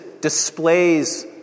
displays